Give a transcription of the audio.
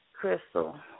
Crystal